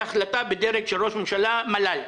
זאת החלטה בדרג של ראש ממשלה-מל"ל.